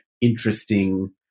interesting